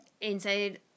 inside